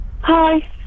Hi